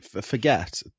forget